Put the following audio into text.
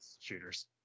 shooters